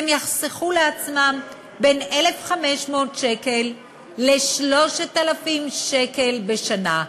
יחסכו לעצמם בין 1,500 שקל ל-3,000 בשנה.